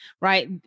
right